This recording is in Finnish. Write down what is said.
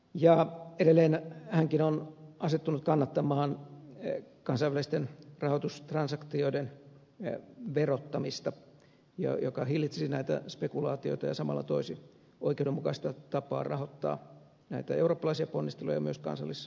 ja edelleen hänkin on asettunut kannattamaan kansainvälisten rahoitustransaktioiden verottamista joka hillitsisi näitä spekulaatioita ja samalla toisi oikeudenmukaista tapaa rahoittaa näitä eurooppalaisia ponnisteluja ja myös kansallisvaltioiden vakautta